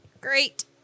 Great